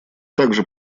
также